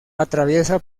atraviesa